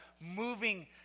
moving